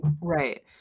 Right